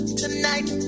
tonight